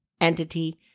entity